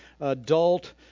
adult